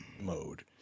mode